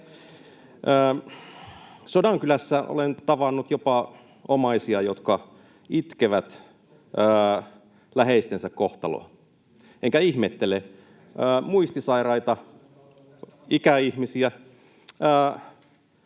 Sodankylässä olen tavannut jopa omaisia, jotka itkevät läheistensä kohtaloa, enkä ihmettele: muistisairaita ikäihmisiä